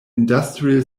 industrial